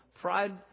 Pride